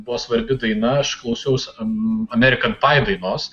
buvo svarbi daina aš klausiausi amerikan pai